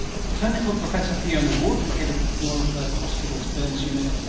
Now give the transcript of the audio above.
clinical professor fiona wood, head of royal perth hospital's burns unit,